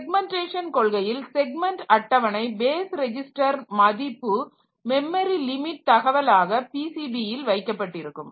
segmentation கொள்கையில் segment அட்டவணை base register மதிப்பு மெமரி லிமிட் தகவலாக PCB ல் வைக்கப்பட்டிருக்கும்